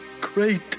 great